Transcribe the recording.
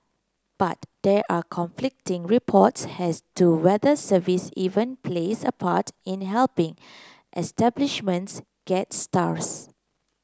but there are conflicting reports as to whether service even plays a part in helping establishments get stars